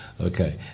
Okay